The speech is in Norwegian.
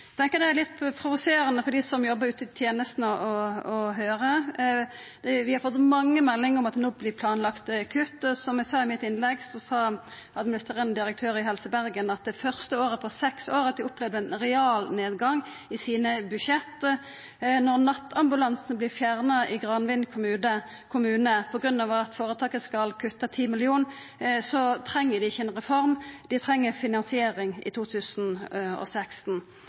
eg sa i mitt innlegg, sa administrerande direktør i Helse Bergen at det er første året på seks år at dei opplever ein realnedgang i sine budsjett. Når nattambulansen vert fjerna i Granvin kommune på grunn av at føretaket skal kutta 10 mill. kr, treng dei ikkje ei reform. Dei treng finansiering i 2016.